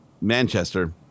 Manchester